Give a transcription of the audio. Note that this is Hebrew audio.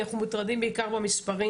אנחנו מוטרדים בעיקר מהמספרים.